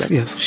yes